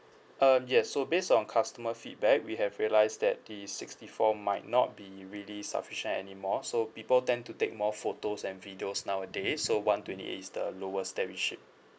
uh yes so based on customer feedback we have realised that the sixty four might not be really sufficient anymore so people tend to take more photos and videos nowadays so one twenty eight is the lowest that we ship